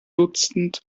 dutzend